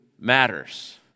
matters